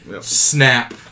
Snap